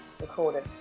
recorded